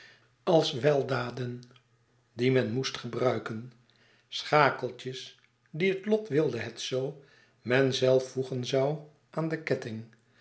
als weldaden die men moest gebruiken schakeltjes die het lot wilde het zoo men zelf voegen zoû aan den ketting